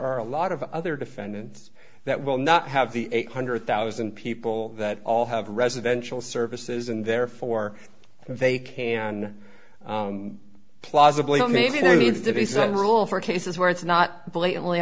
are a lot of other defendants that will not have the eight hundred thousand people that all have residential services and therefore they can plausibly that maybe there needs to be some rule for cases where it's not blatantly